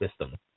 system